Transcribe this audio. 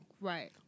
right